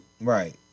Right